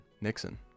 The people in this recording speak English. Nixon